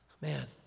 Man